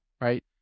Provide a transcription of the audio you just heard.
right